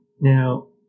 now